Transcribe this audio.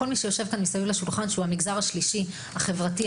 כל המגזר השלישי והחברתי,